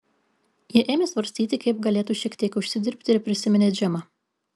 jie ėmė svarstyti kaip galėtų šiek tiek užsidirbti ir prisiminė džemą